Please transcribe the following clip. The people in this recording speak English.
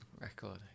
Record